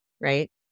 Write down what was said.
right